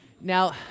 Now